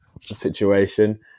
situation